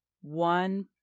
One